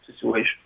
situation